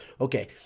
okay